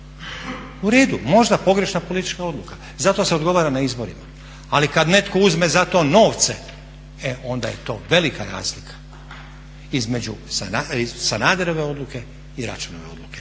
u redu možda pogrešna politička odluka, zato se odgovara na izborima, ali kad netko uzme za to novce e onda je to velika razlika. Između Sanaderove odluke i Račanove odluke.